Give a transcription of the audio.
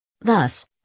Thus